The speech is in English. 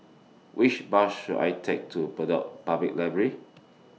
Which Bus should I Take to Bedok Public Library